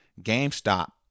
GameStop